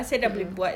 mm